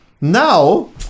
Now